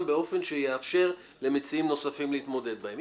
באופן שיאפשר למציעים נוספים להתמודד בהם.